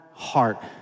heart